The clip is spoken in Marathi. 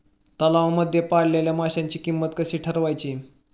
तलावांमध्ये पाळलेल्या माशांची किंमत कशी ठरवायची?